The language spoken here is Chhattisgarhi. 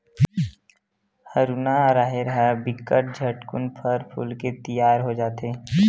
हरूना राहेर ह बिकट झटकुन फर फूल के तियार हो जथे